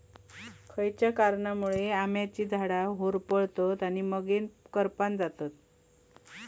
खयच्या कारणांमुळे आम्याची झाडा होरपळतत आणि मगेन करपान जातत?